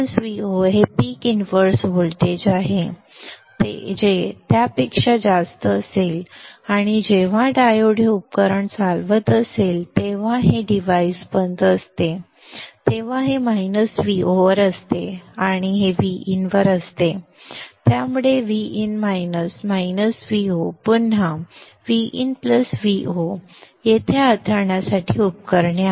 Vin Vo हे पीक inverse voltage आहे जे त्यापेक्षा जास्त असेल आणि जेव्हा डायोड हे उपकरण चालवत असेल तेव्हा हे डिव्हाइस बंद असते तेव्हा हे Vo वर असते आणि हे Vin वर असते त्यामुळे Vin - पुन्हा Vo तेथे हाताळण्यासाठी उपकरणे आहेत